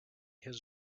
his